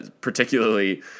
particularly